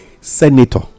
senator